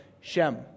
Shem